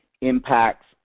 impacts